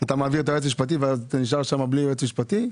נשאר שם בלי יועץ משפטי?